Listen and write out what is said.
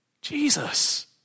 Jesus